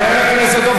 מי הוציא דין רודף?